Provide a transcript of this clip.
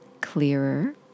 clearer